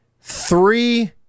three